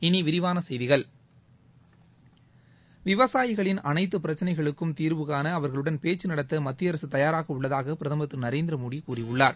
இனி விரிவான செய்திகள் விவசாயிகளின் அனைத்து பிரக்ளைகளுக்கும் தீர்வு காண அவர்களுடன் பேச்க நடத்த மத்திய அரசு தயாராக உள்ளதாக பிரதமர் திரு நரேந்திர மோடி கூறியுள்ளார்